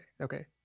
Okay